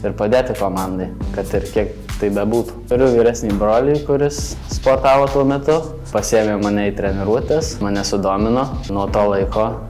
ir padėti komandai kad ir kiek tai bebūtų turiu vyresnį brolį kuris sportavo tuo metu pasiėmė mane į treniruotes mane sudomino nuo to laiko